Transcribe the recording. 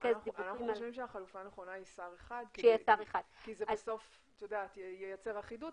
אנחנו חושבים שהחלופה הנכונה היא שר אחד כי זה ייצר אחידות